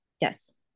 Yes